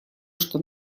что